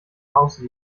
house